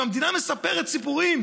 והמדינה מספרת סיפורים,